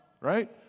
right